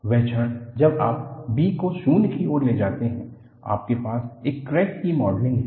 वह क्षण जब आप b को शून्य की ओर ले जाते हैं आपके पास एक क्रैक की मॉडलिंग है